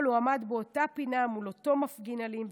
הוא עמד באותה פינה מול אותו מפגין אלים,